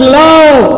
love